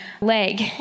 leg